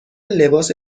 لباس